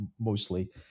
mostly